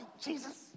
Jesus